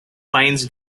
finds